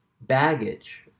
baggage